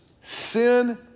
sin